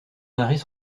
marées